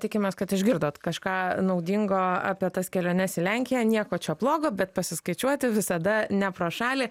tikimės kad išgirdot kažką naudingo apie tas keliones į lenkiją nieko čia blogo bet pasiskaičiuoti visada ne pro šalį